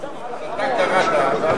אז אתה קראת להם.